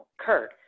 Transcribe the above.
Kurt